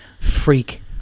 freak